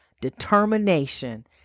determination